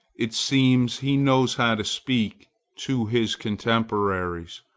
it seems he knows how to speak to his contemporaries.